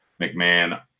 McMahon